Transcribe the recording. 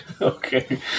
Okay